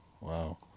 Wow